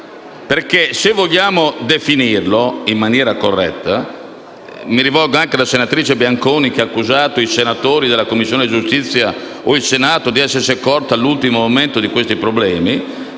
se vogliamo definirlo in maniera corretta vorrei dire - e mi rivolgo anche alla senatrice Bianconi che ha accusato i senatori della Commissione giustizia e il Senato di essersi accorti all'ultimo momento di questi problemi